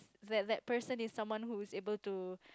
that that person is someone who is able to